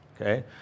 okay